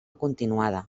continuada